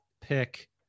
pick